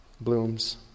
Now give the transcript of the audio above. blooms